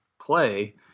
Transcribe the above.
play